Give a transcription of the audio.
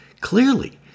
Clearly